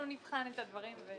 אנחנו נבחן את הדברים.